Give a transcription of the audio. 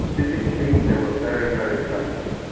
physically they were very, very stunted,